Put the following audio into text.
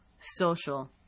social